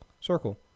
Circle